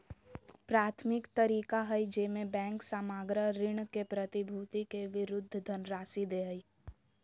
प्राथमिक तरीका हइ जेमे बैंक सामग्र ऋण के प्रतिभूति के विरुद्ध धनराशि दे हइ